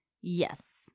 yes